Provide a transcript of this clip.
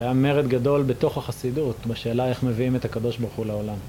היה מרד גדול בתוך החסידות בשאלה איך מביאים את הקדוש ברוך הוא לעולם.